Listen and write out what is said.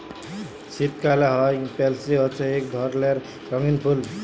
শীতকালে হ্যয় পেলসি হছে ইক ধরলের রঙ্গিল ফুল